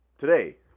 Today